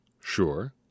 sure